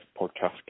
podcast